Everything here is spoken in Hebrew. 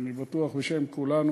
אני בטוח בשם כולנו,